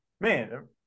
man